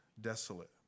desolate